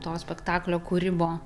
to spektaklio kūrimo